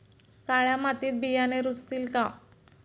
काळ्या मातीत बियाणे रुजतील का?